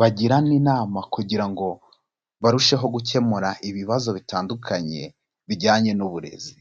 bagirana inama kugira ngo barusheho gukemura ibibazo bitandukanye bijyanye n'uburezi.